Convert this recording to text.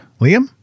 Liam